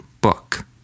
book